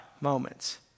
moments